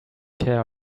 care